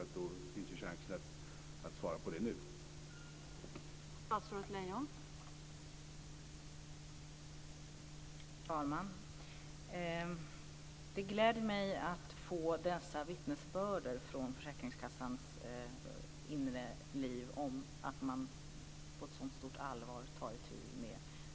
Det finns chans att svara på den frågan nu.